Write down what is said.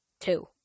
Two